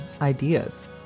ideas